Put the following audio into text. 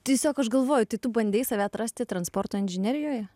tiesiog aš galvoju tai tu bandei save atrasti transporto inžinerijoje